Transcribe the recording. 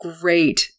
great